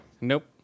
Nope